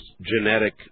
genetic